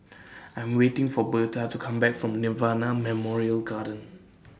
I'm waiting For Berta to Come Back from Nirvana Memorial Garden